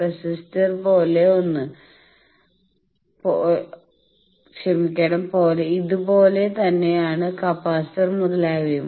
resistor പോലെ ഒന്ന് ഇത് പോലെ തന്നെ ആണ് കപ്പാസിറ്റർ മുതലായവയും